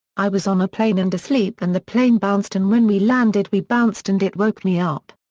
i was on a plane and asleep and the plane bounced and when we landed we bounced and it woke me up.